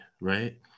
right